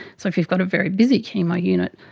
so if you've got a very busy chemo unit,